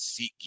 SeatGeek